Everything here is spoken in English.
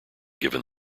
given